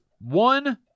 one